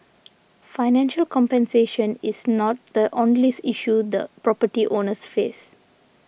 financial compensation is not the only issue the property owners face